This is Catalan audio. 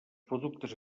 productes